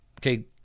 okay